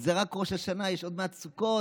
זה רק ראש השנה, עוד מעט סוכות,